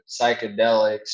psychedelics